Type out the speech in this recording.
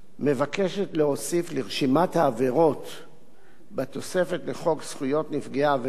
מבקשת להוסיף לרשימת העבירות בתוספת לחוק זכויות נפגעי עבירה,